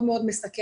מאוד מאוד מסכנת,